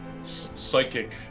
psychic